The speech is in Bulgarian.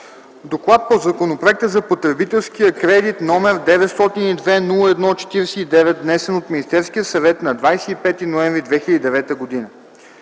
„ДОКЛАД по Законопроект за потребителския кредит, № 902-01-49, внесен от Министерския съвет на 25 ноември 2009 г.